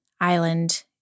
island